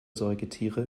säugetiere